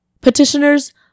Petitioners